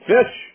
Fish